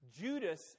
Judas